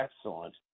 excellent